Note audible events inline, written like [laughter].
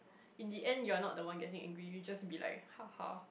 in the end you are not the one getting angry we just be like [laughs]